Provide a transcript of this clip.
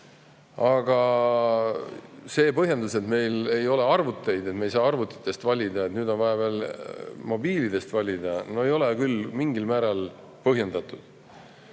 Aga see, et meil ei ole arvuteid, et me ei saa arvutitest valida ja nüüd on vaja veel mobiilidest valida, ei ole küll mingil määral põhjendatud.